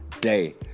day